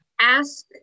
ask